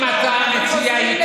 אם אתה המציע,